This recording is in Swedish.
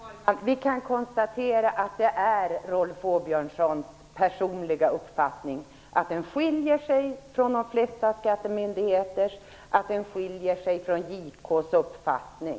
Herr talman! Jag kan konstatera att det är Rolf Åbjörnssons personliga uppfattning. Den skiljer sig från de flesta skattemyndigheters uppfattning och JK:s uppfattning